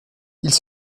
ils